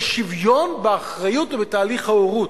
יש שוויון באחריות ובתהליך ההורות.